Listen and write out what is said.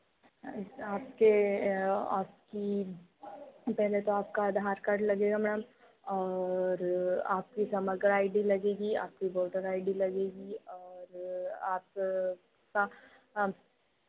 आपके आपकी पहले तो आपका आधार कार्ड लगेगा मैम और आपकी आइ डी लगेगी आपकी वोटर आइ डी लगेगी और आपका